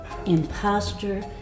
imposter